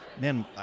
man